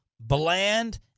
Bland